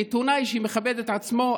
עיתונאי שמכבד את עצמו,